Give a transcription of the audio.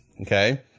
okay